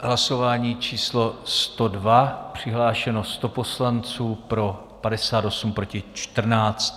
Hlasování číslo 102, přihlášeno 100 poslanců, pro 58, proti 14.